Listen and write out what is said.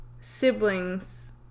sibling's